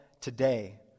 today